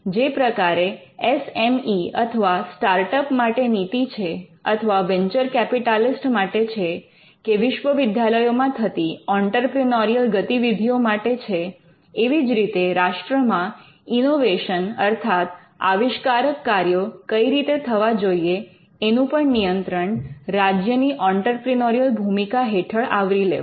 જે પ્રકારે એસએમઈ અથવા સ્ટાર્ટઅપ માટે નીતિ છે અથવા વેન્ચર કૅપિટાલિસ્ટ માટે છે કે વિશ્વવિદ્યાલયોમાં થતી ઑંટરપ્રિનોરિયલ ગતિવિધિઓ માટે છે એવી જ રીતે રાષ્ટ્રમાં ઇનોવેશન અર્થાત આવિષ્કારક કાર્યો કઈ રીતે થવા જોઈએ એનું પણ નિયંત્રણ રાજ્યની ઑંટરપ્રિનોરિયલ ભૂમિકા હેઠળ આવરી લેવાય